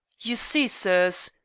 you see, sirs,